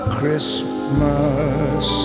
Christmas